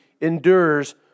endures